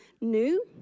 new